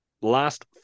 last